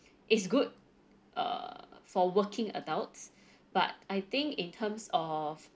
it's good err for working adults but I think in terms of